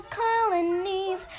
colonies